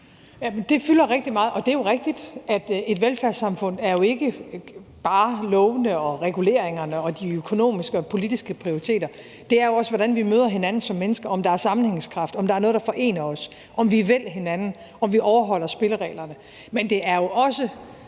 Det fylder rigtig meget, og det er jo rigtigt, at et velfærdssamfund ikke bare er lovene, reguleringerne og de økonomiske og politiske prioriteter. Det er jo også, hvordan vi møder hinanden som mennesker, om der er sammenhængskraft, om der er noget, der forener os, om vi vil hinanden, om vi overholder spillereglerne. Men det er jo også,